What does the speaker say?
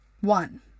one